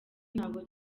ntabwo